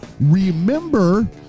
remember